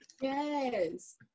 Yes